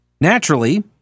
Naturally